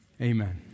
amen